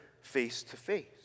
face-to-face